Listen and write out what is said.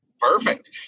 Perfect